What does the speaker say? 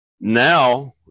now